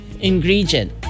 ingredient